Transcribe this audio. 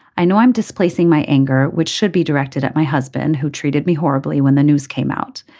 i know i'm displacing my anger which should be directed at my husband who treated me horribly when the news came out.